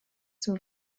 zum